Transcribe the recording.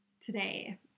today